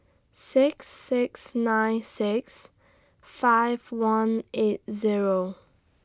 six six nine six five one eight Zero